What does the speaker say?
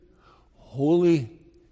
holy